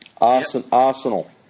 Arsenal